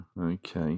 okay